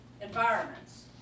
environments